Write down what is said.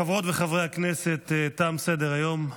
חברות וחברי הכנסת, תם סדר-היום.